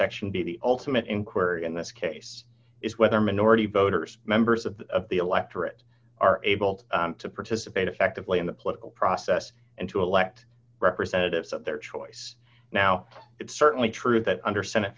subsection be the ultimate inquiry in this case is whether minority voters members of the electorate are able to participate effectively in the political process and to elect representatives of their choice now it's certainly true that under senate